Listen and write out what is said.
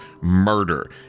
murder